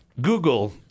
Google